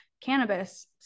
cannabis